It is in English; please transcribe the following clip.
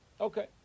Okay